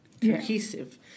cohesive